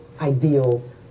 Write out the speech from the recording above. ideal